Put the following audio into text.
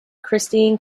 kristine